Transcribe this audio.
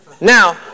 Now